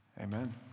Amen